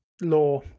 law